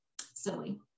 silly